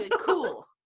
Cool